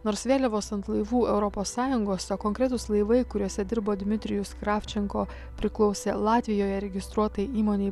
nors vėliavos ant laivų europos sąjungos konkretūs laivai kuriuose dirbo dmitrijus kravčenko priklausė latvijoje registruotai įmonei